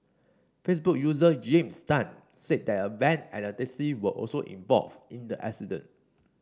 Facebook user James Tan said that a van and a taxi were also involved in the accident